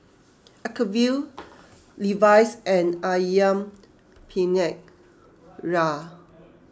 Acuvue Levi's and Ayam Penyet Ria